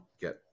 get